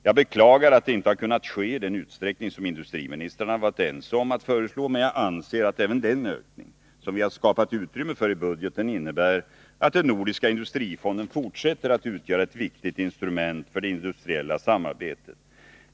Jag beklagar att det inte har kunnat ske i den utsträckning som industriministrarna var eniga om att föreslå, men jag anser att även den ökning som vi har skapat utrymme för i budgeten innebär att den nordiska industrifonden fortsätter att utgöra ett viktigt instrument för det industriella samarbetet.